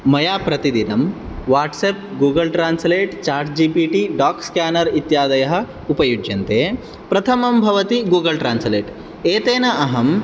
मया प्रतिदिनं WhatsApp Google translate chat G P T doc scanner इत्यादयः उपयुज्यन्ते प्रथमं भवति गल् ट्रेन्स्लेट् एतेन अहं